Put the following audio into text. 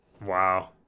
Wow